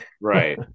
Right